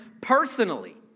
personally